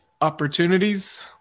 opportunities